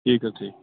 ٹھیٖک حظ ٹھیٖک